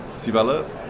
develop